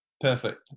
perfect